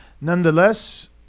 nonetheless